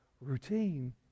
routine